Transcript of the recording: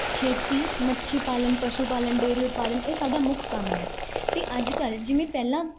ਖੇਤੀ ਮੱਛੀ ਪਾਲਣ ਪਸ਼ੂ ਪਾਲਣ ਡੇਰੀ ਉਤਪਾਦਨ ਇਹ ਸਾਡਾ ਮੁੱਖ ਕੰਮ ਹੈ ਅਤੇ ਅੱਜ ਕੱਲ੍ਹ ਜਿਵੇਂ ਪਹਿਲਾਂ